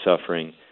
suffering